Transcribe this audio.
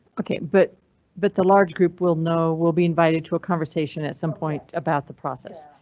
ok, but but the large group will know will be invited to a conversation at some point about the process,